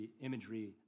imagery